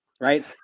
Right